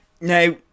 now